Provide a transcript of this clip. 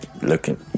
Looking